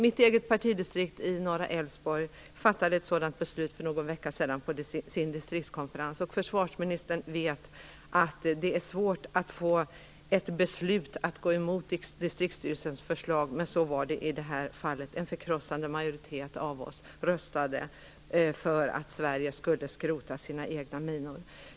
Mitt eget partidistrikt, Norra Älvsborg, fattade ett sådant beslut för en vecka sedan på sin distriktskonferens. Försvarsministern vet att det är svårt att få ett beslut att gå emot distriktsstyrelsens förslag, men så var det i det här fallet. En förkrossande majoritet av oss röstade för att Sverige skulle skrota sina egna minor.